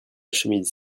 chemise